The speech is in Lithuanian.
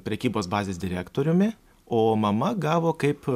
prekybos bazės direktoriumi o mama gavo kaip